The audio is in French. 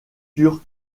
turc